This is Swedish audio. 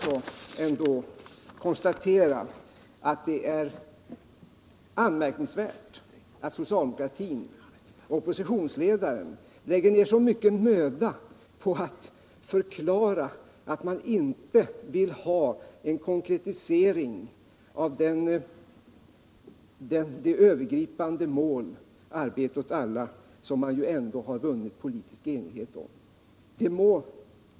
Låt oss konstatera att det är anmärkningsvärt att socialdemokratin och oppositionsledaren lägger ned så mycken möda på att förklara att man inte vill ha en konkretisering av det övergripande mål — arbete åt alla —som man ändå har vunnit politisk enighet om.